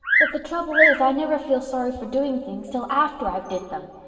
but the trouble is i never feel sorry for doing things till after i've did them.